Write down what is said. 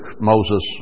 Moses